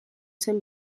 zen